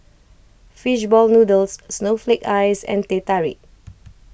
Fish Ball Noodles Snowflake Ice and Teh Tarik